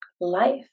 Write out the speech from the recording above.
life